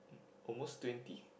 almost twenty